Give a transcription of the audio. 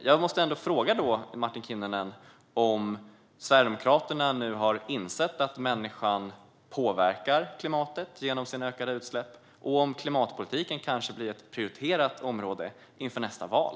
Jag måste ändå fråga Martin Kinnunen om Sverigedemokraterna nu har insett att människan påverkar klimatet genom sina ökade utsläpp och om klimatpolitiken kanske blir ett prioriterat område inför nästa val.